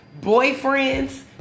boyfriends